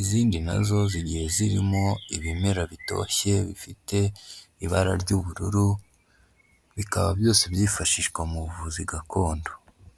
izindi nazo zigiye zirimo ibimera bitoshye bifite ibara ry'ubururu, bikaba byose byifashishwa mu buvuzi gakondo.